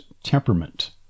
temperament